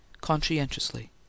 conscientiously